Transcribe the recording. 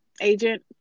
agent